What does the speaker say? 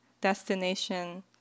Destination